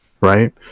right